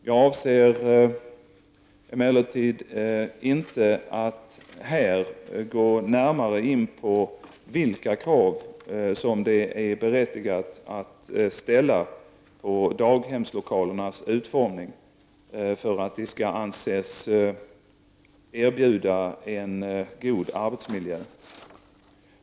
Jag avser emellertid inte att här gå närmare in på vilka krav som det är berättigat att ställa på daghemslokalernas utformning för att de skall anses erbjuda en god arbetsmiljö.